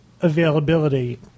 availability